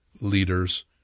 leaders